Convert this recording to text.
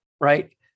right